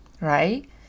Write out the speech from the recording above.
Right